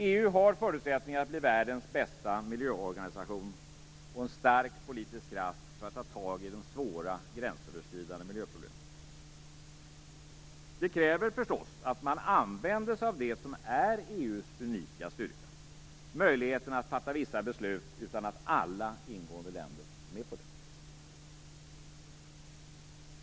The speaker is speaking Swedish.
EU har förutsättningar att bli världens bästa miljöorganisation och en stark politisk kraft för att ta tag i de svåra gränsöverskridande miljöproblemen. Det kräver förstås att man använder sig av det som är EU:s unika styrka - möjligheten att fatta vissa beslut utan att alla ingående länder är med på det.